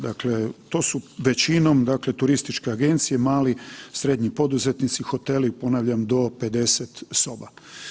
Dakle, to su većinom, dakle turističke agencije, mali i srednji poduzetnici, hoteli ponavljam do 50 soba.